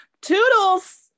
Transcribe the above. Toodles